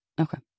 Okay